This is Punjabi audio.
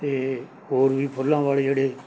ਅਤੇ ਹੋਰ ਵੀ ਫੁੱਲਾਂ ਵਾਲੇ ਜਿਹੜੇ